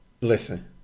listen